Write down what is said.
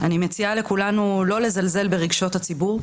אני מציעה לכולנו לא לזלזל ברגשות הציבור,